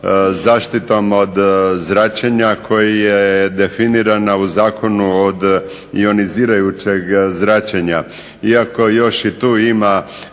zaštitom od zračenja koja je definirana u zakonu od ionizirajućeg zračenja, iako još i tu ima